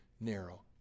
narrow